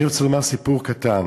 אני רוצה לספר סיפור קטן: